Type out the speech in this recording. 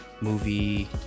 movie